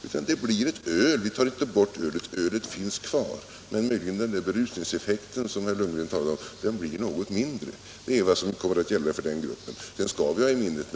Utan det blir så att ölet finns kvar, men berusningseffekten, som herr Lundgren talade om, den blir något mindre. Det är vad som kommer att gälla i den gruppen. Det skall vi ha i minnet.